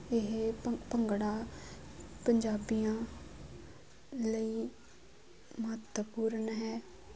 ਇਹ ਭੰ ਭੰਗੜਾ ਪੰਜਾਬੀਆਂ ਲਈ ਮਹੱਤਵਪੂਰਨ ਹੈ